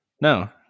no